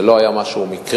זה לא היה משהו מקרי.